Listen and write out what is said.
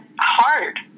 hard